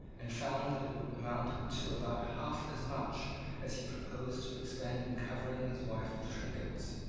and found that it would amount to about half as much as he proposed to expend in covering his wife with trinkets.